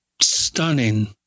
stunning